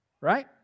right